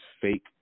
fake